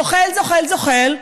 זוחל, זוחל, זוחל,